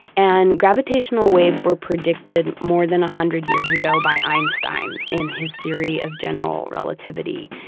and gravitational waves were predicted more than a hundred years ago by einstein, in his theory of general relativity.